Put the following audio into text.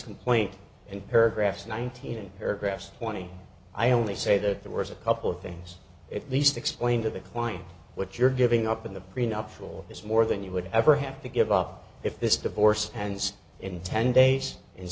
complaint and paragraphs nineteen paragraphs twenty i only say that there was a couple of things at least explain to the client what you're giving up in the prenuptial it's more than you would ever have to give up if this divorce hands in ten days